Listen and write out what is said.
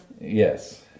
yes